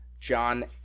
John